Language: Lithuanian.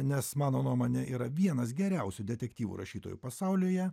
nes mano nuomone yra vienas geriausių detektyvų rašytojų pasaulyje